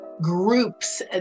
groups